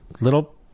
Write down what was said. little